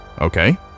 Okay